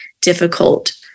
difficult